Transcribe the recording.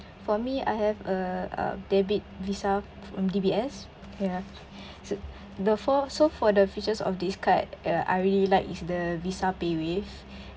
for me I have a a debit Visa from D_B_S ya so~ the four so for the features of this card uh I really like is the Visa PayWave